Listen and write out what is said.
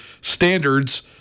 standards